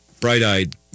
bright-eyed